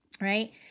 right